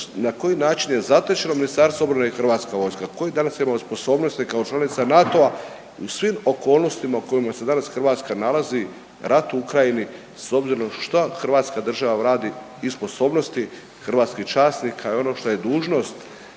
na koji način je zatečeno Ministarstvo obrane i Hrvatska vojska, koje danas imamo sposobnosti kao članica NATO-a u svim okolnostima u kojima se danas Hrvatska nalazi, rat u Ukrajini s obzirom što Hrvatska država radi i sposobnosti hrvatskih časnika i onog što je dužnost